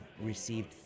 received